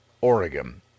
Oregon